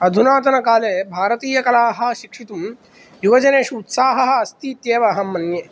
अधुनातनकाले भारतीयकलाः शिक्षितुं युवजनेषु उत्साहः अस्ति इत्येव अहं मन्ये